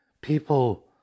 people